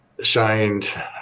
shined